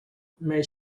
may